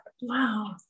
Wow